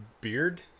beard